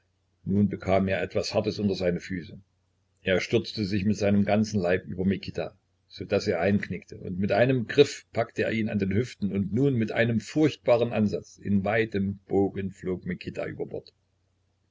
nun bekam er etwas hartes unter seine füße er stürzte sich mit seinem ganzen leib über mikita so daß der einknickte mit einem griff packte er ihn an den hüften und nun mit einem furchtbaren ansatz in weitem bogen flog mikita über bord